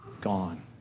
Gone